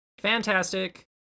fantastic